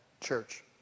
church